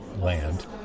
land